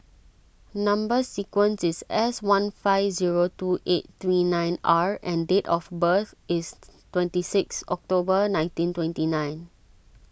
Number Sequence is S one five zero two eight three nine R and date of birth is twenty six October nineteen twenty nine